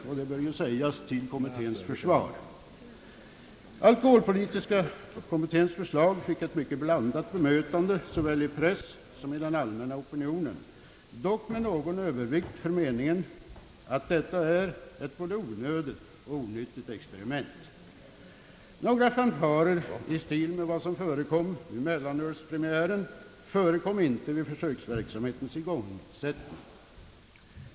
Detta bör anföras till kommitténs försvar. Alkoholpolitiska kommitténs förslag fick ett mycket blandat mottagande, såväl i pressen som i den allmänna opinionen — dock med någon övervikt för meningen att detta är ett både onödigt och onyttigt experiment. Några fanfarer i stil med vad som förekom vid mellanölspremiären förekom inte vid försöksverksamhetens igångsättning.